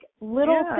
little